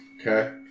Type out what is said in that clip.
okay